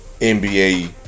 NBA